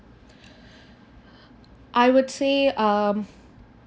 I would say um